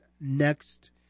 next